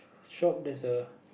shop there's a